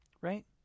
right